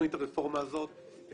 מתכנית הרפורמה הזאת.